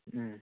ꯎꯝ